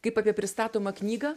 kaip apie pristatomą knygą